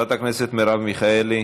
חברת הכנסת מרב מיכאלי,